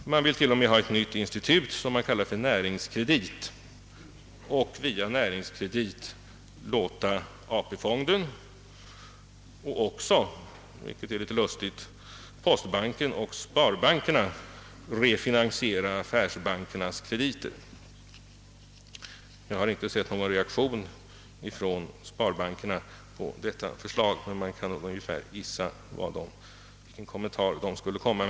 Högern vill till och med ha ett nytt institut, kallat Näringskredit, och via detta låta ATP-fonden och även, vilket är litet lustigt, postbanken och sparbankerna refinansiera affärsbankernas krediter. Jag har inte sett någon reaktion från sparbankerna på detta förslag, men jag kan gissa ungefär vilken kommentar de skulle göra.